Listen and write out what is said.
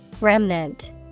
Remnant